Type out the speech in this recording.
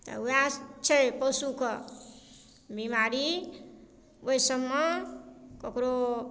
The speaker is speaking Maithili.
तऽ ओएह छै पशुके बीमारी ओइ सबमे ककरो